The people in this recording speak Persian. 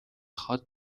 خواد